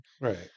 Right